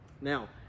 Now